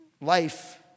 life